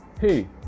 Hey